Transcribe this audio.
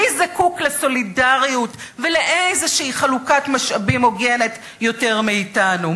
מי זקוק לסולידריות ולאיזושהי חלוקת משאבים הוגנת יותר מאתנו?